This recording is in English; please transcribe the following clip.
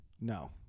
No